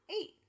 Eight